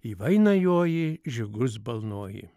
į vainą joji žirgus balnoji